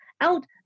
out